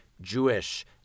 Jewish